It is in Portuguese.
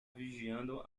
vigiando